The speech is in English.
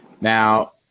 Now